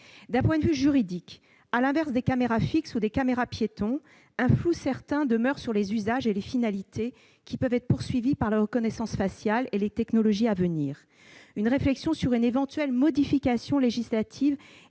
D'un point de vue juridique, à l'inverse des caméras fixes ou des caméras-piétons, un flou certain demeure sur les usages et les finalités qui peuvent être poursuivis par la reconnaissance faciale et les technologies à venir. Une réflexion sur une éventuelle modification législative